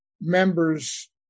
members